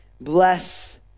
bless